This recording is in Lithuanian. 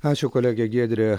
ačiū kolegė giedrė